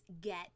get